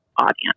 audience